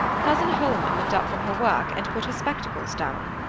cousin holman looked up from her work, and put her spectacles down.